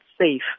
safe